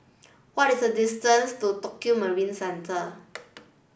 what is the distance to Tokio Marine Centre